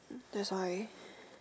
that's why